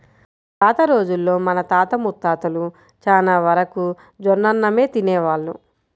పాత రోజుల్లో మన తాత ముత్తాతలు చానా వరకు జొన్నన్నమే తినేవాళ్ళు